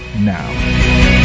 now